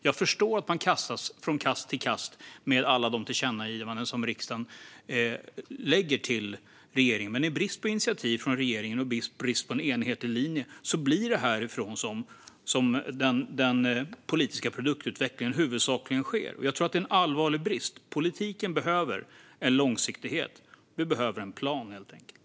Jag förstår att man kastas från kast till kast av alla tillkännagivanden som riksdagen riktar till regeringen, men i brist på initiativ från regeringen och i brist på en enhetlig linje blir det härifrån den politiska produktutvecklingen huvudsakligen sker. Jag tror att det är en allvarlig brist. Politiken behöver långsiktighet. Vi behöver helt enkelt en plan.